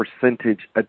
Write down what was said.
percentage